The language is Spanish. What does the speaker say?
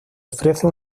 ofrece